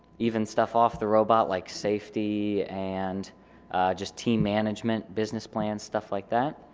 even stuff off the robot like safety and just team management business plan stuff like that